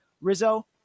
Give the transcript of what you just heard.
Rizzo